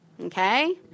Okay